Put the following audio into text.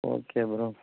okay bro